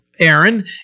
Aaron